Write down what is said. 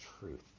truth